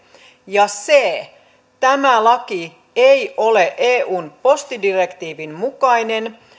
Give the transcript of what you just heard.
ja c tämä laki ei ole eun postidirektiivin mukainen